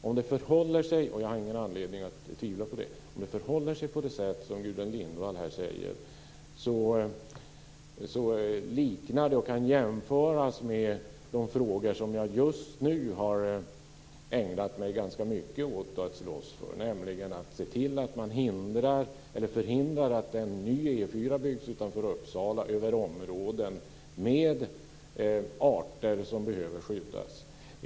Om det förhåller sig på det sätt som Gudrun Lindvall här säger - jag har ingen anledning att tvivla på det - kan det jämföras med de frågor som jag just nu har ägnat mig ganska mycket åt att slåss för. Det gäller nämligen att se till att vi förhindrar att en ny E 4 byggs utanför Uppsala över områden med arter som behöver skyddas.